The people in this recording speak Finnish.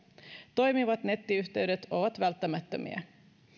toimivat nettiyhteydet ovat välttämättömiä